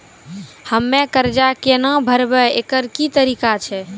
हम्मय कर्जा केना भरबै, एकरऽ की तरीका छै?